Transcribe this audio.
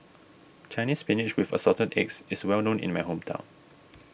Chinese Spinach with Assorted Eggs is well known in my hometown